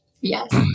Yes